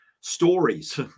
stories